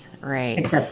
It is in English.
Right